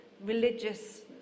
religious